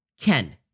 Ken